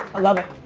i love it.